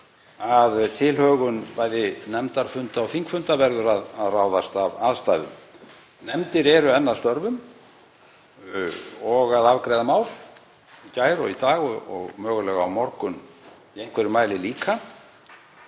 að tilhögun bæði nefndafunda og þingfunda verður að ráðast af aðstæðum. Nefndir eru enn að störfum og að afgreiða mál, í gær og í dag og mögulega á morgun í einhverjum mæli líka,